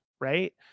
right